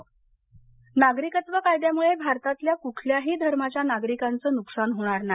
पंतप्रधान नागरिकत्व कायद्यामुळे भारतातल्या कुठल्याही धर्माच्या नागरिकाचं नुकसान होणार नाही